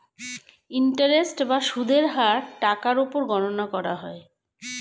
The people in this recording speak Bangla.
ইন্টারেস্ট বা সুদের হার টাকার উপর গণনা করা হয়